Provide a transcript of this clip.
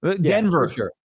Denver